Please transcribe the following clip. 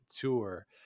Tour